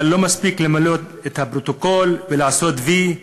אבל לא מספיק למלא את הפרוטוקול ולסמן "וי".